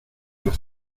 las